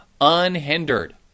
Unhindered